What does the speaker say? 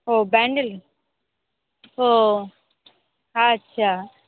ও ব্য্যান্ডেল ও আচ্ছা